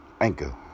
Anchor